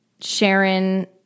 Sharon